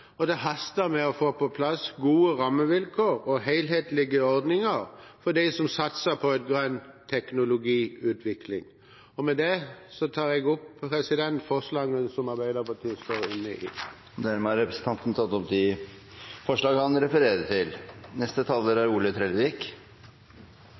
Det haster med å få på plass gode rammevilkår og helhetlige ordninger for dem som satser på en grønn teknologiutvikling. Med det tar jeg opp forslagene som Arbeiderpartiet står inne i. Representanten Odd Omland har tatt opp de forslagene han refererte til.